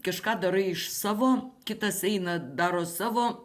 kažką darai iš savo kitas eina daro savo